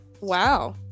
wow